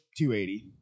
280